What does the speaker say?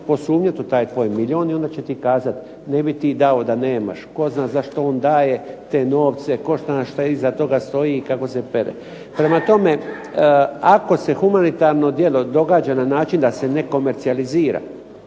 posumnjati u taj tvoj milijun i onda će ti kazati ne bi ti dao da nemaš. Tko zna zašto on daje te novce, tko zna što iza toga stoji i kako se pere. Prema tome ako se humanitarno djelo događa na način da se ne komercijalizira,